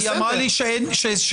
היא אמרה לי שיש שוני.